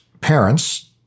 parents